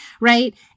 Right